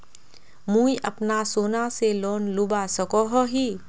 मुई अपना सोना से लोन लुबा सकोहो ही?